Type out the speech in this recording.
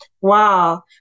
Wow